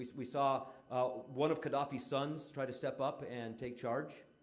we saw one of qaddafi's sons try to step up and take charge.